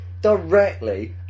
directly